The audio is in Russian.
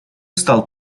стал